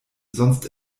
sonst